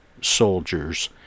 soldiers